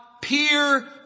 peer